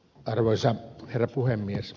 arvoisa herra puhemies